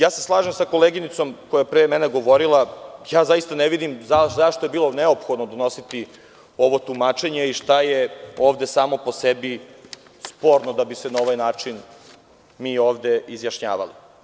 Slažem se sa koleginicom koja je pre mene govorila, zaista ne vidim zašto je bilo neophodno donositi ovo tumačenje i šta je ovde samo po sebi sporno, da bi se na ovaj način mi ovde izjašnjavali.